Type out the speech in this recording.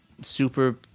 super